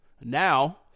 Now